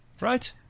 Right